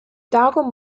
darum